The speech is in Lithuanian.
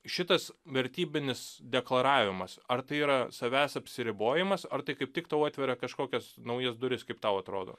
šitas vertybinis deklaravimas ar tai yra savęs apsiribojimas ar tai kaip tik tau atveria kažkokias naujas duris kaip tau atrodo